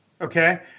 Okay